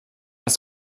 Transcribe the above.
was